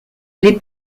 les